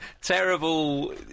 Terrible